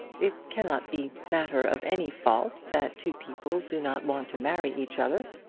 it cannot be matter of any fault that two people do not want to marry each other.